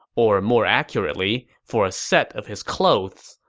or more accurately, for a set of his clothes,